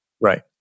Right